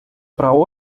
про